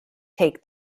take